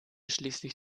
schließlich